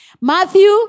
Matthew